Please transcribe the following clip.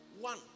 One